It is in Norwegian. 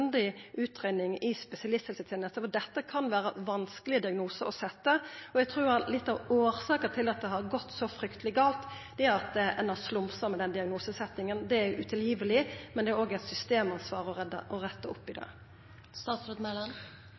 dette kan vera vanskelege diagnosar å setja. Eg trur at litt av årsaka til at det har gått så frykteleg gale, er at ein har slumsa med diagnosesetjinga. Det er utilgiveleg, men det er òg eit systemansvar å retta opp i